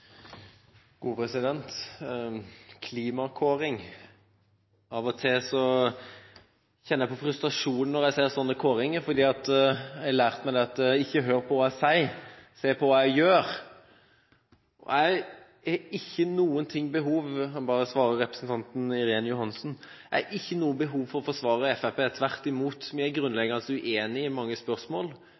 gode debatter i komiteen så lenge jeg har vært med. Klimakåring: Av og til kjenner jeg på frustrasjon når jeg ser slike kåringer, fordi jeg har lært meg: Ikke hør på hva jeg sier, men se heller på hva jeg gjør. Jeg har – bare for å svare representanten Irene Johansen – ikke noe behov for å forsvare Fremskrittspartiet. Tvert imot: Vi er grunnleggende uenige i mange spørsmål,